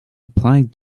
applied